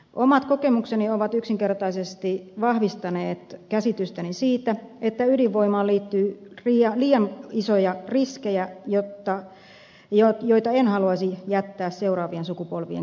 omat kokemukseni ovat yksinkertaisesti vahvistaneet käsitystäni siitä että ydinvoimaan liittyy liian isoja riskejä joita en haluaisi jättää seuraavien sukupolvien kärsittäväksi